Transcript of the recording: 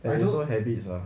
like this one habits sia